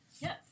Yes